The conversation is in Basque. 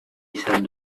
izan